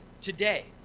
today